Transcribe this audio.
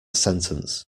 sentence